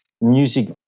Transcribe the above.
Music